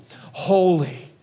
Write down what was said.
holy